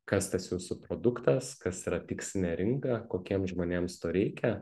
kas tas jūsų produktas kas yra tikslinė rinka kokiem žmonėms to reikia